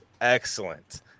Excellent